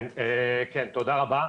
כן, תודה רבה.